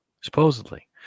Supposedly